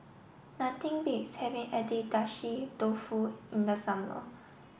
nothing beats having Agedashi Dofu in the summer